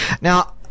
Now